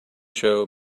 show